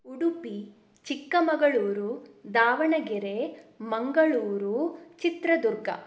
Udupi Chikkamagaluru Davanagere Mangaluru Chitradurga